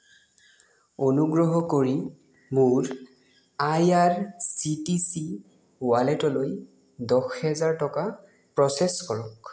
অনুগ্ৰহ কৰি মোৰ I R C T C ৱালেটলৈ দহ হেজাৰ টকা প্ৰচেছ কৰক